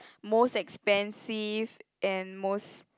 most expensive and most